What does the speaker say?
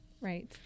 Right